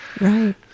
Right